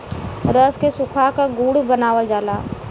रस के सुखा क गुड़ बनावल जाला